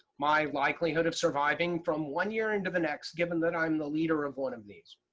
my likelihood of surviving from one year into the next, given that i'm the leader of one of these.